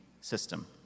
system